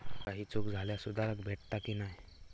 काही चूक झाल्यास सुधारक भेटता की नाय?